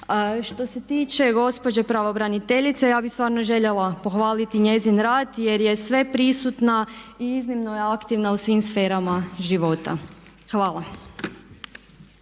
Što se tiče gospođe pravobraniteljice. Ja bi stvarno željela pohvaliti njezin rad jer je sve prisutna i iznimno je aktivna u svim sferama života. Hvala.